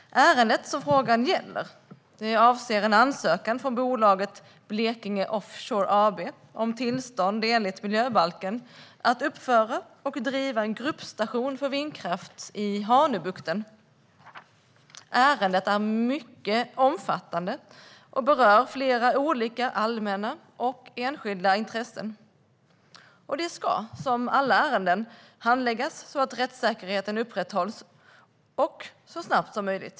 Ärendet som frågan gäller avser en ansökan från bolaget Blekinge Offshore AB om tillstånd enligt miljöbalken för att uppföra och driva en gruppstation för vindkraft i Hanöbukten. Ärendet är mycket omfattande och berör flera olika allmänna och enskilda intressen. Det ska, som alla ärenden, handläggas så att rättssäkerheten upprätthålls och så snabbt som möjligt.